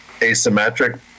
asymmetric